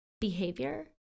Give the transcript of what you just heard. behavior